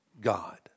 God